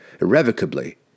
Irrevocably